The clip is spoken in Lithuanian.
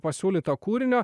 pasiūlyto kūrinio